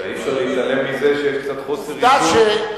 אי-אפשר להתעלם מזה שיש קצת חוסר איזון,